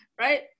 right